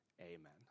Amen